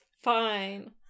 fine